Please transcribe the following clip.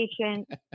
patient